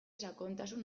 sakontasun